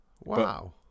Wow